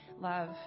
love